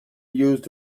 used